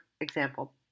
example